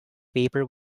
paper